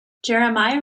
jeremiah